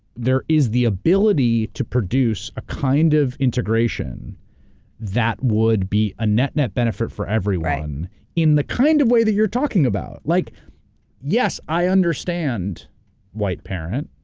there is the ability to produce a kind of integration that would be a net-net benefit for everyone in the kind of way that you're talking about. like yes, i understand white parent,